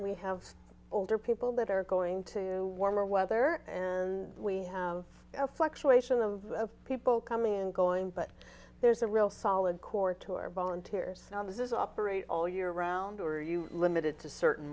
we have older people that are going to warmer weather and we have a fluctuation of people coming and going but there's a real solid core to our volunteers operate all year round or are you limited to certain